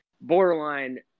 borderline